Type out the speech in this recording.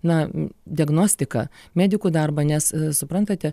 na diagnostiką medikų darbą nes suprantate